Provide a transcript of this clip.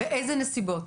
באיזה נסיבות?